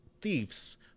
thieves